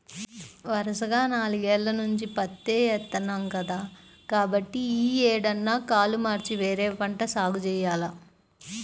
వరసగా నాలుగేల్ల నుంచి పత్తే ఏత్తన్నాం కదా, కాబట్టి యీ ఏడన్నా కాలు మార్చి వేరే పంట సాగు జెయ్యాల